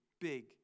big